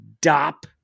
DOP